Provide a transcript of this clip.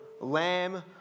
lamb